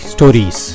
Stories